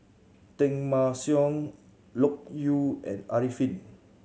Teng Mah Seng Loke Yew and Arifin